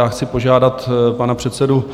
A chci požádat pana předsedu